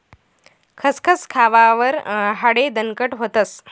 खसखस खावावर हाडे दणकट व्हतस